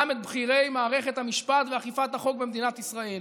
גם את בכירי מערכת המשפט ואכיפת החוק במדינת ישראל,